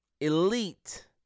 elite